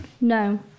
No